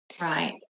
Right